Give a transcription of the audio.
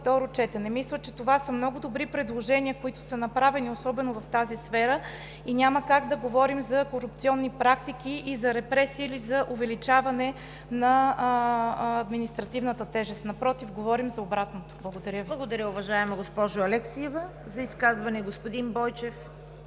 Мисля, че това са много добри предложения, които са направени – особено в тази сфера, и няма как да говорим за корупционни практики и за репресия или за увеличаване на административната тежест. Напротив, говорим за обратното. Благодаря Ви. ПРЕДСЕДАТЕЛ ЦВЕТА КАРАЯНЧЕВА: Благодаря, уважаема госпожо Алексиева. За изказване – господин Бойчев,